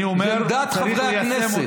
זאת עמדת חברי הכנסת.